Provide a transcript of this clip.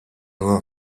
were